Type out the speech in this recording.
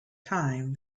time